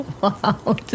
Wow